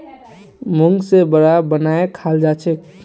मूंग से वड़ा बनएयों खाल जाछेक